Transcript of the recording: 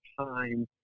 time